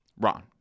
Ron